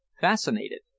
fascinated